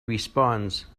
respawns